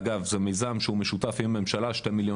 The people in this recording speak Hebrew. אגב זה מיזם שהוא משותף עם ממשלה 2 מיליון